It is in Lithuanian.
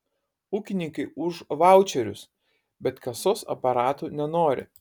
ūkininkai už vaučerius bet kasos aparatų nenori